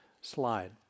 slide